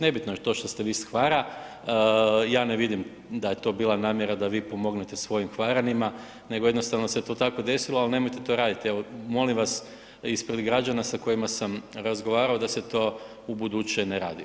Nebitno je to što ste vi s Hvara, ja ne vidim da je to bila namjera da vi pomognete svojim Hvaranima, nego jednostavno se to tako desilo, ali nemojte to radite, evo, molim vas ispred građana sa kojima sad razgovarao da se to ubuduće ne radi.